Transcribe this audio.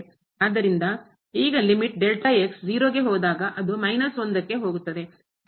ಆದ್ದರಿಂದ ಈಗ ಲಿಮಿಟ್ ಮಿತಿ 0 ಗೆ ಹೋದಾಗ ಅದು ಹೋಗುತ್ತದೆ